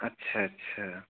अच्छा अच्छा